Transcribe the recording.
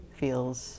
feels